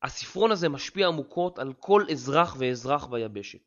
הספרון הזה משפיע עמוקות על כל אזרח ואזרח ביבשת.